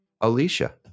Alicia